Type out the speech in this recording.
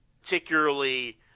particularly